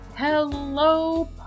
Hello